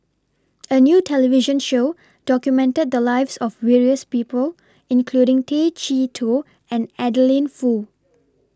A New television Show documented The Lives of various People including Tay Chee Toh and Adeline Foo